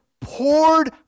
poured